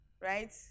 right